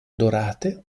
dorate